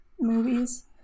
movies